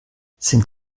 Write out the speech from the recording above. sind